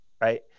Right